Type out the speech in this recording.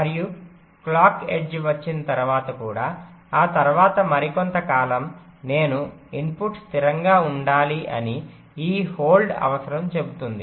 మరియు clock edge వచ్చిన తర్వాత కూడా ఆ తర్వాత మరికొంత కాలం నేను ఇన్పుట్ స్థిరంగా ఉండాలి అని ఈ హోల్డ్ అవసరం చెబుతుంది